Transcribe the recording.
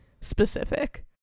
specific